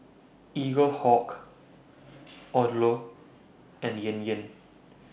Eaglehawk Odlo and Yan Yan